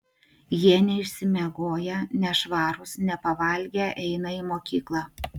jie neišsimiegoję nešvarūs nepavalgę eina į mokyklą